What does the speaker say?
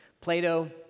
plato